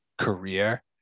career